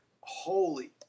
holy